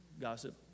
gossip